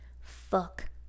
fuck